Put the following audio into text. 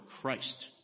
christ